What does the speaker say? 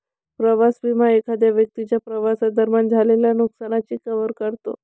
प्रवास विमा एखाद्या व्यक्तीच्या प्रवासादरम्यान झालेल्या नुकसानाची कव्हर करतो